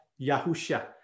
Yahusha